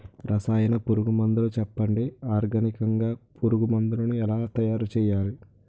రసాయన పురుగు మందులు చెప్పండి? ఆర్గనికంగ పురుగు మందులను ఎలా తయారు చేయాలి?